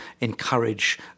encourage